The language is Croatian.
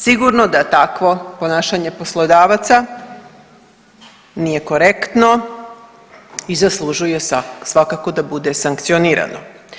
Sigurno da takvo ponašanje poslodavaca nije korektno i zaslužuje svakako da bude sankcionirano.